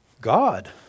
God